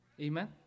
Amen